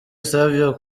savio